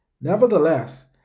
Nevertheless